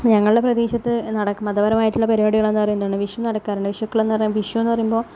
ഞങ്ങളുടെ പ്രദേശത്ത് മതപരമായിട്ടുള്ള പരിപാടികളെന്നു പറയുന്നുണ്ടെങ്കിൽ വിഷു നടക്കാറുണ്ട് വിഷുക്കളിയെന്ന് പറയുമ്പോൾ വിഷുയെന്ന് പറയുമ്പോൾ